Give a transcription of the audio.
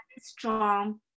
strong